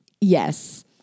Yes